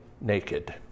naked